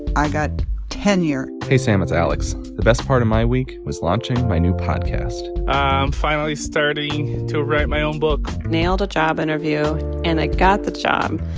i got tenure hey, sam, it's alex. the best part of my week was launching my new podcast i'm finally starting to write my own book nailed a job interview and i got the job,